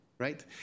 Right